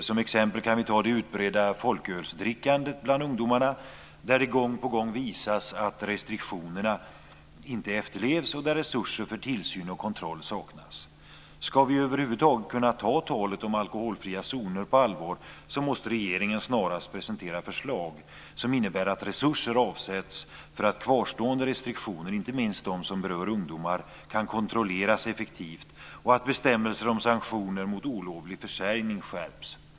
Som exempel kan vi ta det utbredda folkölsdrickandet bland ungdomarna. Där visas gång på gång att restriktionerna inte efterlevs och resurser för tillsyn och kontroll saknas. Ska vi över huvud taget kunna ta talet om alkoholfria zoner på allvar måste regeringen snarast presentera förslag som innebär att resurser avsätts för att kvarstående restriktioner, inte minst de som berör ungdomar, kan kontrolleras effektivt och att bestämmelser om sanktioner mot olovlig försäljning skärps.